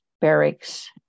barracks